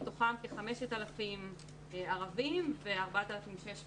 מתוכם כ-5,000 ערבים ו-4,600